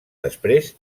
després